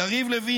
יריב לוין,